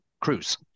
cruise